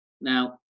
now